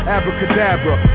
Abracadabra